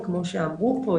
וכמו שאמרו פה,